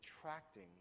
attracting